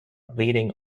bleeding